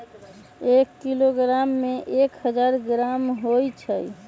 एक किलोग्राम में एक हजार ग्राम होई छई